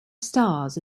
stars